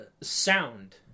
Sound